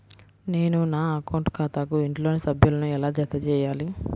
నేను నా అకౌంట్ ఖాతాకు ఇంట్లోని సభ్యులను ఎలా జతచేయాలి?